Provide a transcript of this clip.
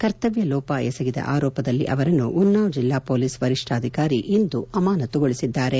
ಕರ್ತವ್ಯಲೋಪವೆಸಗಿದ ಆರೋಪದಲ್ಲಿ ಅವರನ್ನು ಉನ್ನಾವ್ ಜಿಲ್ಲಾ ಪೊಲೀಸ್ ವರಿಷ್ಠಾಧಿಕಾರಿ ಇಂದು ಅಮಾನತುಗೊಳಿಸಿದ್ದಾರೆ